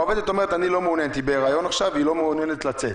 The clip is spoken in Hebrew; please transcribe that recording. העובדת אומרת שהיא בהיריון עכשיו והיא לא מעוניינת לצאת,